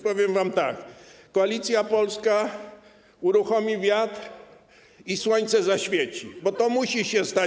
Powiem wam tak: Koalicja Polska uruchomi wiatr i słońce zaświeci, bo to musi się stać.